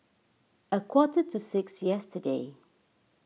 a quarter to six yesterday